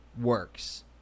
works